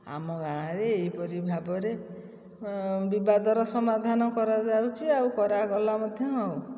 ଆମ ଗାଁରେ ଏହିପରି ଭାବରେ ବିବାଦର ସମାଧାନ କରାଯାଉଛି ଆଉ କରାଗଲା ମଧ୍ୟ ଆଉ